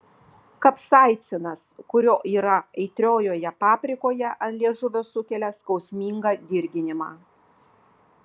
kapsaicinas kurio yra aitriojoje paprikoje ant liežuvio sukelia skausmingą dirginimą